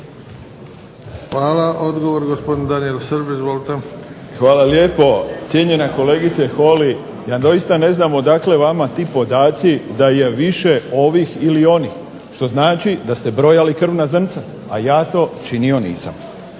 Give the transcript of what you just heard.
Hvala. Odgovor gospodin Danijel Srb. Izvolite. **Srb, Daniel (HSP)** Hvala lijepo. Cijenjena kolegice Holy, ja doista ne zna odakle vama ti podaci da je više ovih ili onih što znači da ste brojali krvna zrnca, a ja to činio nisam.